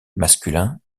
masculins